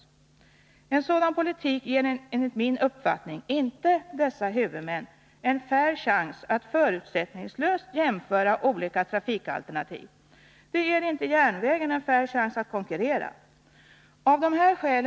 Med en sådan politik får enligt min uppfattning dessa huvudmän inte en fair chans att förutsättningslöst jämföra olika trafikalternativ. Det ger inte järnvägen en fair chans att konkurrera. Herr talman!